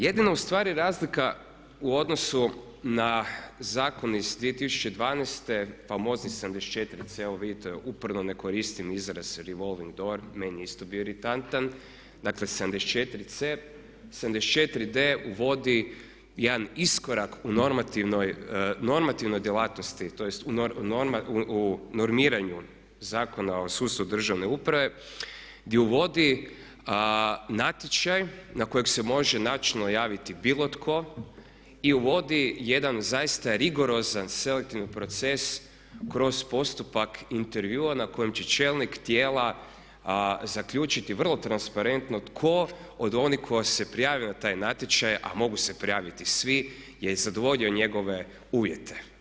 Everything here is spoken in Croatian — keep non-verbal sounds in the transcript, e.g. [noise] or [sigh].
Jedino ustvari razlika u odnosu na zakon iz 2012. famozni 74C, evo vidite uporno ne koristim izraz revolving doo, meni je isto bio iritantan, dakle 74C, 74D uvodi jedan iskorak u normativnoj djelatnosti tj. u normiranju zakona o … [unintelligible] državne uprave gdje uvodi natječaj na kojeg se može načelno javiti bilo tko i uvodi jedan zaista rigorozan selektivni proces kroz postupak intervjua na kojem će čelnik tijela zaključiti vrlo transparentno tko od onih koji se prijave na taj natječaj a mogu se prijaviti svi, je zadovoljio njegove uvjete.